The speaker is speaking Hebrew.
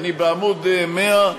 אני בעמוד 100,